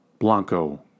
Blanco